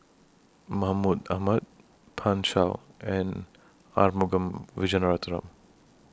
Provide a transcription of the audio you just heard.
Mahmud Ahmad Pan Shou and Arumugam Vijiaratnam